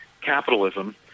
capitalism